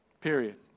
Period